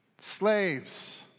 Slaves